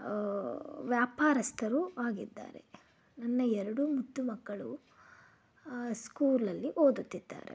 ವ್ಯಾಪಾರಸ್ಥರು ಆಗಿದ್ದಾರೆ ನನ್ನ ಎರಡು ಮುದ್ದು ಮಕ್ಕಳು ಸ್ಕೂಲಲ್ಲಿ ಓದುತ್ತಿದ್ದಾರೆ